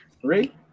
Three